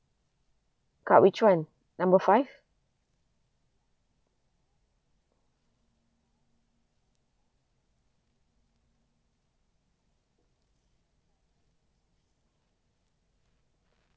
card which [one] number five